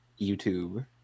YouTube